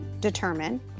determine